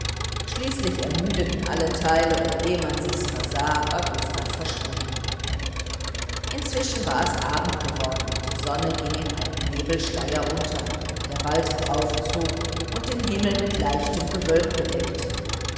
schließlich ermüdeten alle teile und ehe man sichs versah war gustav verschwunden inzwischen war es abend geworden und die sonne ging in einem nebelschleier unter der bald heraufzog und den himmel mit leichtem gewölk bedeckte